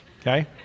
okay